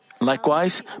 Likewise